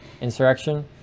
insurrection